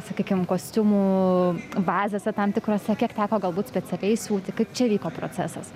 sakykime kostiumų bazėse tam tikruose kiek teko galbūt specialiai siūti kaip čia vyko procesas